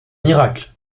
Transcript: miracle